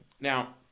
Now